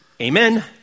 amen